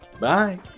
Bye